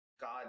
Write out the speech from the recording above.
God